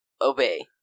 obey